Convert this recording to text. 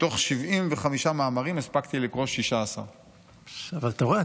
מתוך 75 מאמרים הספקתי לקרוא 16. אבל אתה רואה,